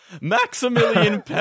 Maximilian